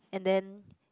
and then